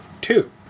Two